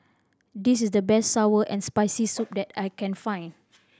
this is the best sour and Spicy Soup that I can find